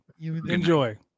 Enjoy